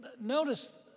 notice